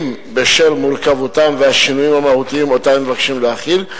אם בשל מורכבותם והשינויים המהותיים שהם מבקשים להחיל,